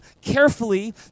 carefully